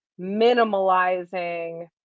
minimalizing